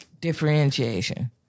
differentiation